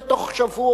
ובתוך שבוע,